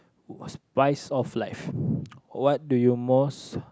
spice of life what do you most